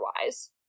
otherwise